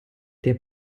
der